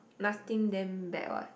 nothing then bad what